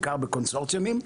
בעיקר בקונסורציומים,